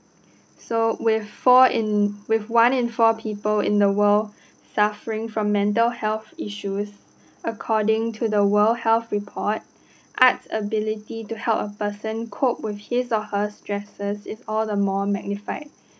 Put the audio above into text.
so with four in with one in four people in the world suffering from mental health issues according to the world health report art's ability to help a person cope with his or her stresses is all the more magnified